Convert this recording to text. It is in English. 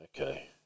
Okay